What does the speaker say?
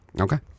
okay